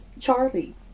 Charlie